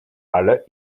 alle